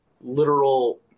literal